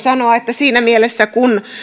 sanoa että siinä mielessä kun